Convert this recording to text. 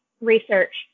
research